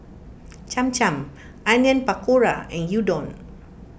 Cham Cham Onion Pakora and Gyudon